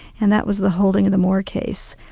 and that was the holding in the moore case.